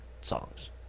songs